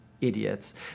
idiots